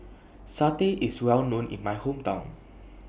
Satay IS Well known in My Hometown